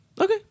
okay